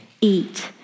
eat